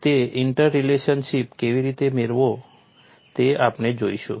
તે ઇન્ટરલેશનશીપ કેવી રીતે મેળવવો તે આપણે જોઈશું